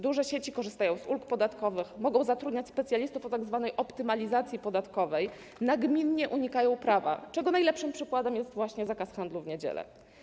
Duże sieci korzystają z ulg podatkowych, mogą zatrudniać specjalistów od tzw. optymalizacji podatkowej, nagminnie unikają przestrzegania prawa - najlepszym przykładem jest właśnie zakaz handlu w niedziele.